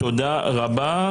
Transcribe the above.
תודה רבה.